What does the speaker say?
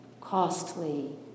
costly